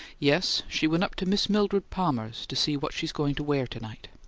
yes. she went up to miss mildred palmer's to see what she's going to wear to-night.